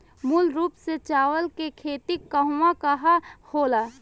मूल रूप से चावल के खेती कहवा कहा होला?